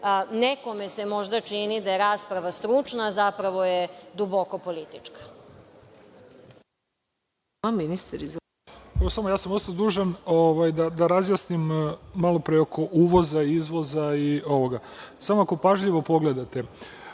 nekome se možda čini da je rasprava stručna, zapravo je duboko politička.